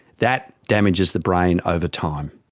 that damages the brain over time.